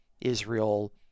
Israel